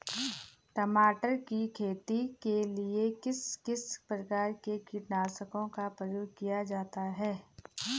टमाटर की खेती के लिए किस किस प्रकार के कीटनाशकों का प्रयोग किया जाता है?